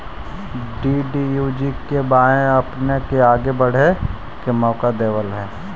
DDUGKY आपपने के आगे बढ़े के मौका देतवऽ हइ